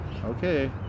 Okay